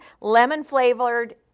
lemon-flavored